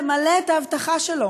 למלא את ההבטחה שלו